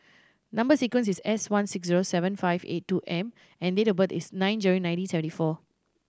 number sequence is S one six zero seven five eight two M and date of birth is nine January nineteen seventy four